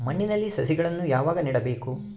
ಮಣ್ಣಿನಲ್ಲಿ ಸಸಿಗಳನ್ನು ಯಾವಾಗ ನೆಡಬೇಕು?